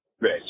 rich